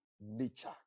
nature